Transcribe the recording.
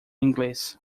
inglês